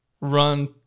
run